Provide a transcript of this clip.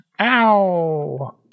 Ow